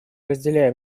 разделяем